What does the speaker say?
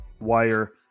Wire